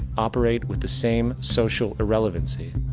operate with the same social irrelevancy.